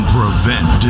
prevent